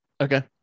Okay